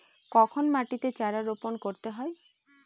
কখন মাটিতে চারা রোপণ করতে হয়?